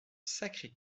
sacré